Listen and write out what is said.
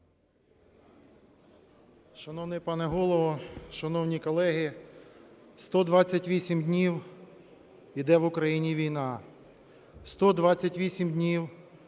Шановний пане Голово, шановні колеги, 128 днів іде в Україні війна, 128 днів